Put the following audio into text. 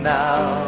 now